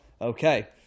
okay